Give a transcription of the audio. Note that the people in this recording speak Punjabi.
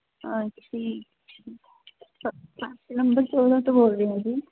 ਹਾਂਜੀ ਨੰਬਰ ਚੋਦਾਂ ਤੋਂ ਬੋਲ ਰਹੀ ਹ ਜੀ